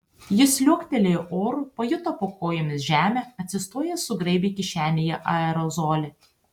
jis liuoktelėjo oru pajuto po kojomis žemę atsistojęs sugraibė kišenėje aerozolį